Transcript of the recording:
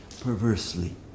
perversely